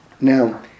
Now